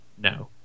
No